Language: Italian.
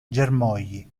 germogli